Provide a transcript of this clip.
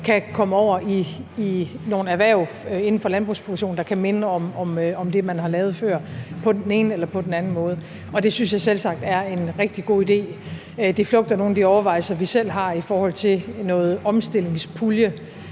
kan komme over i nogle erhverv inden for landbrugsproduktionen, der kan minde om det, de har lavet før, på den ene eller den anden måde. Det synes jeg selvsagt er en rigtig god idé. Den flugter med nogle af de overvejelser, vi selv har, i forhold til noget omstillingspulje,